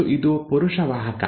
ಮತ್ತು ಇದು ಪುರುಷ ವಾಹಕ